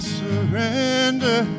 surrender